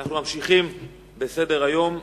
אנחנו ממשיכים בסדר-היום.